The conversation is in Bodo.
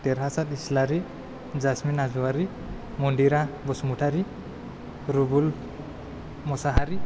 देरहासाथ इस्लारि जासमिन हाज'वारि मन्दिरा बसुमतारि रुबुल मुसाहारि